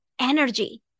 energy